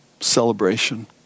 celebration